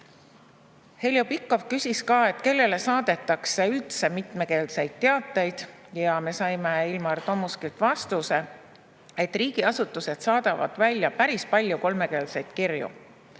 Heljo Pikhof küsis ka, kellele üldse saadetakse mitmekeelseid teateid, ja me saime Ilmar Tomuskilt vastuse, et riigiasutused saadavad välja päris palju kolmekeelseid kirju.